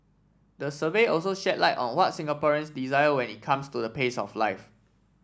the survey also shed light on what Singaporeans desire when it comes to the pace of life